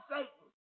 Satan